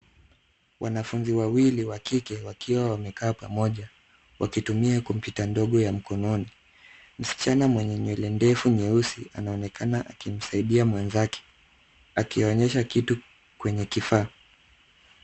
Wanafunzi wawili wa kike wakiwa wamekaa pamoja wakitumia kompyuta dogo ya mkononi. Msichana mwenye nywele ndefu nyeusi anaonekana akimsaidia mwenzake akionyesha kitu kwenye kifaa.